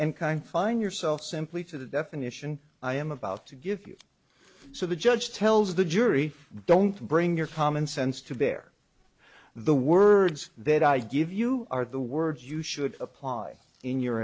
and kind find yourself simply to the definition i am about to give you so the judge tells the jury don't bring your commonsense to bear the words that i give you are the words you should apply in your